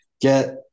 get